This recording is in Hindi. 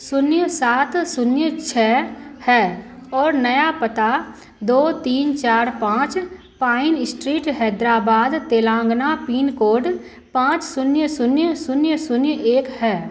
शून्य सात शून्य छः है और नया पता दो तीन चार पाँच Pine Street Hyderabad Telangana pin code पाँच शून्य शून्य शून्य शून्य एक हैं